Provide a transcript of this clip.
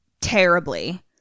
terribly